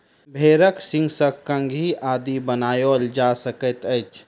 भेंड़क सींगसँ कंघी आदि बनाओल जा सकैत अछि